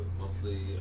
Mostly